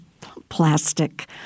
plastic